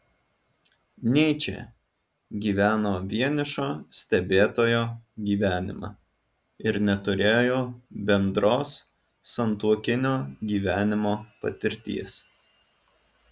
nyčė gyveno vienišo stebėtojo gyvenimą ir neturėjo bendros santuokinio gyvenimo patirties